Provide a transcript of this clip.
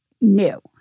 new